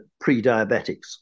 pre-diabetics